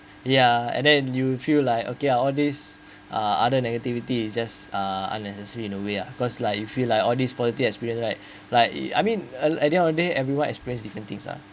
ya and then you feel like okay uh all these uh other negativity is just uh unnecessary in a way uh cause like you feel like all these positive experience right like I mean at the end of day everyone experience different things uh